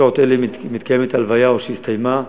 בשעות אלה מתקיימת ההלוויה, או שהסתיימה.